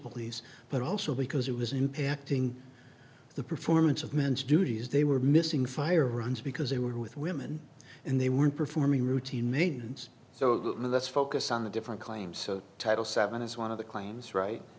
police but also because it was impacting the performance of mens duties they were missing fire runs because they were with women and they weren't performing routine maintenance so let's focus on the different claims so title seven is one of the claims right